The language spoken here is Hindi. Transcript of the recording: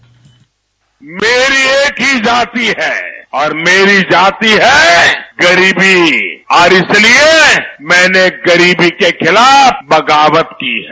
बाइट मेरी एक ही जाति है और मेरी जाति है गरीबी और इसलिए मैने गरीबी के खिलाफ बगावत की है